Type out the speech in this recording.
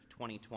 2020